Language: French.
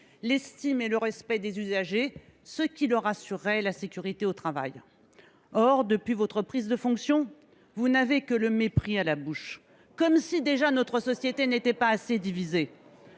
l’estime et le respect des usagers, ce qui leur assurerait la sécurité au travail. Or, depuis votre prise de fonction, vous n’avez que le mépris à la bouche ! Comme si notre société n’était déjà pas assez divisée